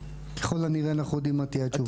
וככל הנראה .אנחנו יודעים מה תהיה התשובה.